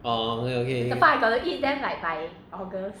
oh okay okay okay